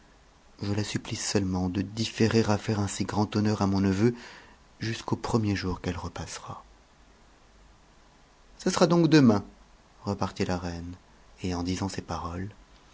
je la supplie seulement de différer à faire un si grand honneur à mou neveu jusqu'au premier jour qu'elle repassera ce sera donc deman repartit la reine et en disant ces paroles